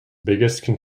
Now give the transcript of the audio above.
biggest